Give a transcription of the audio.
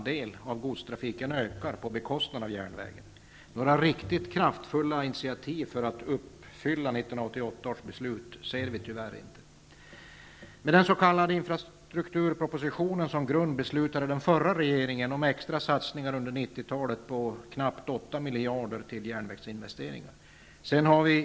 Det jag tänkte tala om handlar mer om godstrafiken. Med den s.k. infrastrukturpropositionen som grund beslutade den förra regeringen om extra satsningar under 90-talet på knappt 8 miljarder till järnvägsinvesteringar.